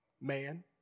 Man